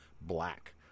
Black